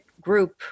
group